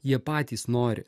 jie patys nori